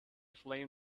flame